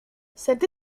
cette